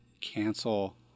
cancel